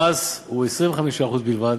המס הוא 25% בלבד,